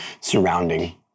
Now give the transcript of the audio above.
surrounding